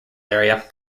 area